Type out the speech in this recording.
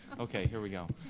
okay, here we go.